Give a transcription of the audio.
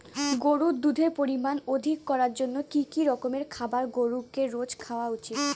গরুর দুধের পরিমান অধিক করার জন্য কি কি রকমের খাবার গরুকে রোজ দেওয়া উচিৎ?